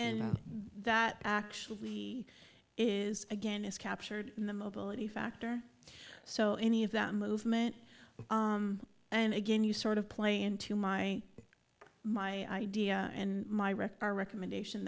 and that actually is again is captured in the mobility factor so any of that movement and again you sort of play into my my idea and my record recommendation